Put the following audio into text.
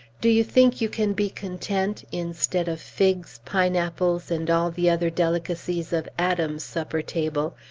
do you think you can be content, instead of figs, pineapples, and all the other delicacies of adam's supper-table,